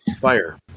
fire